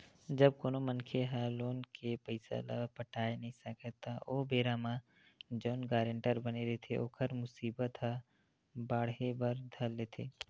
जब कोनो मनखे ह लोन के पइसा ल पटाय नइ सकय त ओ बेरा म जउन गारेंटर बने रहिथे ओखर मुसीबत ह बाड़हे बर धर लेथे